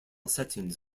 settings